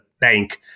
bank